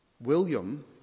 William